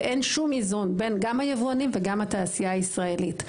ואין שום איזון בין גם היבואנים וגם התעשייה הישראלית.